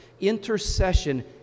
Intercession